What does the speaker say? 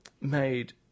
made